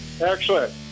Excellent